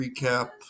recap